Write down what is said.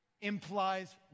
implies